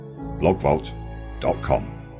blogvault.com